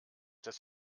dass